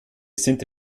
sind